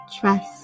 trust